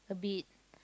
a bit